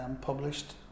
published